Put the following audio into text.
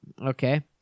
Okay